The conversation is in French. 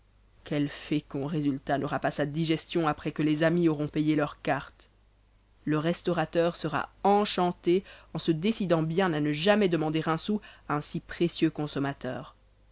quel fécond résultat n'aura pas sa digestion après que les amis auront payé leurs cartes le restaurateur sera enchanté en se décidant bien à ne jamais demander un sou à un si précieux consommateur